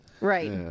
Right